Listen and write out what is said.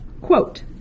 quote